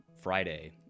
Friday